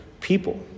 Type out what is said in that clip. people